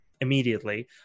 immediately